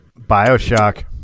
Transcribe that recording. Bioshock